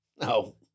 No